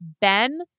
Ben